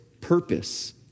purpose